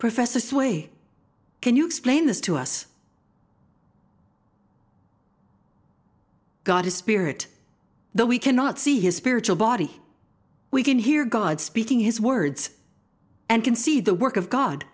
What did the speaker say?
professor sway can you explain this to us god is spirit though we cannot see his spiritual body we can hear god speaking his words and can see the work of god